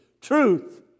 Truth